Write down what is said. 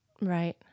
Right